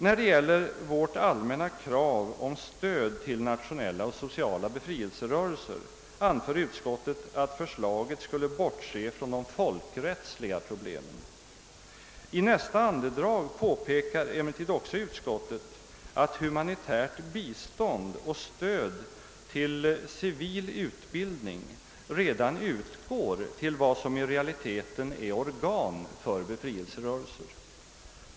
När det gäller vårt allmänna krav på stöd till nationella och sociala befrielserörelser anför utskottet att förslaget skulle bortse från de folkrättsliga problemen. I nästa andedrag påpekar emellertid utskottet att humanitärt bistånd och stöd till civil utbildning redan utgår till vad som i realiteten är organ för befrielserörelser.